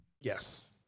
Yes